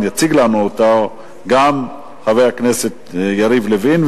יציג את ההצעה חבר הכנסת יריב לוין,